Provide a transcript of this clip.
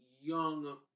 young